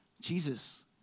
Jesus